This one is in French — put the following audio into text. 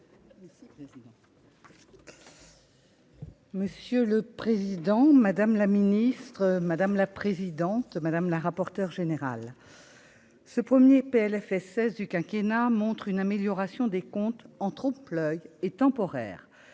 Monsieur le président, madame la ministre, madame la présidente, madame la rapporteure générale ce premier Plfss du quinquennat montrent une amélioration des comptes en trompe l'oeil et temporaire,